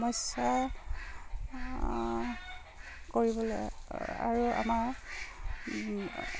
সমস্যা কৰিবলৈ আৰু আমাৰ